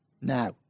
now